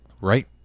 Right